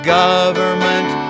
government